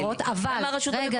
למה הרשות המקומית צריכה?